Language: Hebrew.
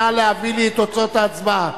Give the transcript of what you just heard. נא להביא לי את תוצאות ההצבעה.